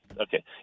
okay